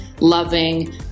loving